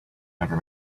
never